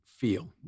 feel